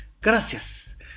gracias